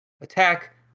attack